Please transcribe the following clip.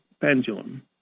pendulum